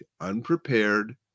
unprepared